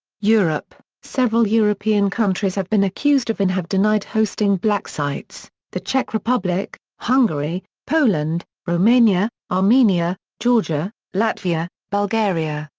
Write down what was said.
europe several european countries have been accused of and have denied hosting black sites the czech republic, hungary, poland, romania, armenia, georgia, latvia, bulgaria,